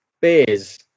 beers